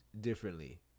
differently